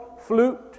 flute